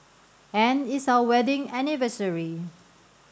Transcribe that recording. and it's our wedding anniversary